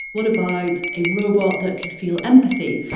what about a robot that could feel empathy?